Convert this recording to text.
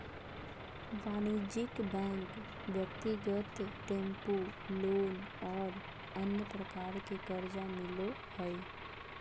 वाणिज्यिक बैंक ब्यक्तिगत tempo loan और अन्य प्रकार के कर्जा मिलो हइ